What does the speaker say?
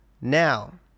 Now